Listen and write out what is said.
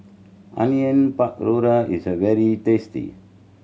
Onion Pakora is very tasty